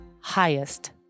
Highest